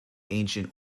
ancient